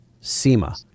SEMA